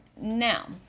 Now